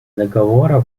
договора